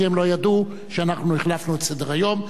כי הם לא ידעו שאנחנו החלפנו את סדר-היום.